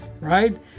right